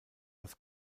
das